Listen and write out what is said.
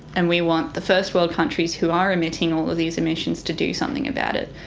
and we want the first world countries who are emitting all of these emissions to do something about it.